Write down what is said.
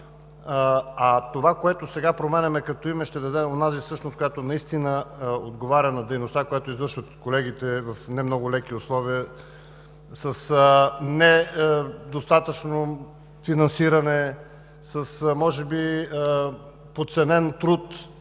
А това, което сега променяме като име, ще даде онази същност, която наистина отговаря на дейността, която извършват колегите в немного леки условия с недостатъчно финансиране, с може би подценен труд,